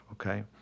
okay